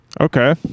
Okay